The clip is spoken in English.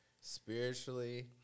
Spiritually